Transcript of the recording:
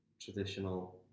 traditional